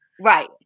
Right